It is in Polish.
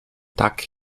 tak